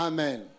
Amen